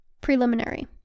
preliminary